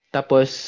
Tapos